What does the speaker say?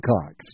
clocks